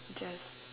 just